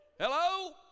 hello